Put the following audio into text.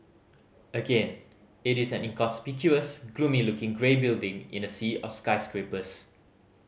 again it is an inconspicuous gloomy looking grey building in a sea of skyscrapers